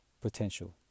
potential